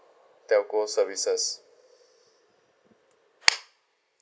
telco services